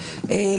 הסתייגויות.